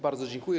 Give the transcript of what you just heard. Bardzo dziękuję.